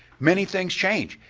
many things change.